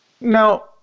Now